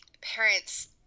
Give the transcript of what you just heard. parents